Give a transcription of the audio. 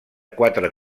quatre